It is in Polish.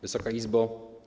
Wysoka Izbo!